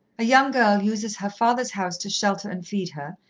a young girl uses her father's house to shelter and feed her,